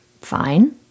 Fine